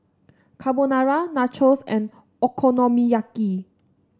Carbonara Nachos and Okonomiyaki